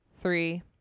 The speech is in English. Three